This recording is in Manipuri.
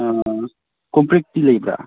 ꯑꯥ ꯀꯣꯝꯄ꯭ꯔꯦꯛꯇꯤ ꯂꯩꯕ꯭ꯔꯥ